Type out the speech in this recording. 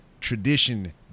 tradition